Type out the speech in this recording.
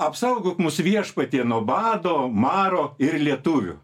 apsaugok mus viešpatie nuo bado maro ir lietuvių